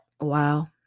wow